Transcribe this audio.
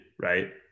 Right